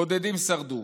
בודדים שרדו.